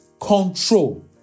control